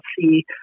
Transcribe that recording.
see